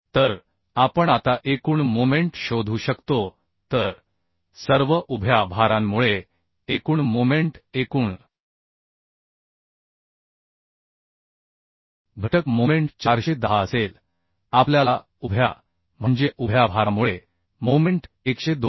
तर आपण आता एकूण मोमेंट शोधू शकतो तर सर्व उभ्या भारांमुळे एकूण मोमेंट एकूण घटक मोमेंट 410 असेल आपल्याला उभ्या म्हणजे उभ्या भारामुळे मोमेंट 102